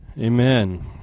Amen